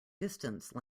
distance